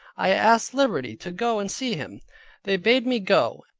i asked liberty to go and see him they bade me go,